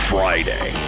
Friday